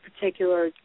particular